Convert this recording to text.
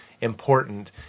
important